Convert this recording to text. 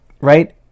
Right